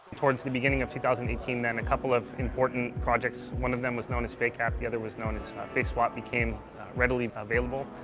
towards the beginning of two thousand and eighteen then a couple of important projects, one of them was known as fakeapp, the other was known as faceswap, became readily available.